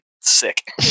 sick